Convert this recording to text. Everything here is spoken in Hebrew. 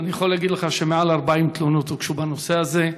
אבל אני יכול להגיד לך שמעל 40 תלונות הוגשו בנושא הזה.